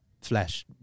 flesh